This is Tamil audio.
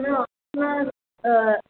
ம் சும்மா தான்